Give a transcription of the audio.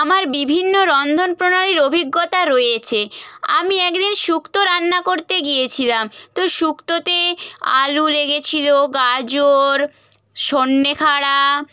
আমার বিভিন্ন রন্ধন প্রণালীর অভিজ্ঞতা রয়েছে আমি একদিন শুক্তো রান্না করতে গিয়েছিলাম তো শুক্তোতে আলু লেগেছিল গাজর সজনে খাড়া